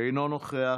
אינו נוכח.